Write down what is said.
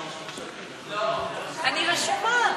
אני רשומה.